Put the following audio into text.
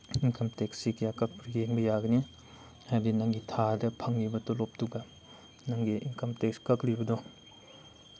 income ꯇꯦꯛꯁꯁꯤ ꯀꯌꯥ ꯀꯥꯛꯄꯒꯦ ꯌꯦꯡꯕ ꯌꯥꯒꯅꯤ ꯍꯥꯏꯗꯤ ꯅꯪꯒꯤ ꯊꯥꯗ ꯐꯪꯉꯤꯕ ꯇꯣꯂꯣꯞꯇꯨꯒ ꯅꯪꯒꯤ ꯏꯟꯀꯝ ꯇꯦꯛꯁ ꯀꯛꯂꯤꯕꯗꯣ